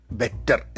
better